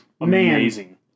amazing